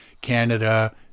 Canada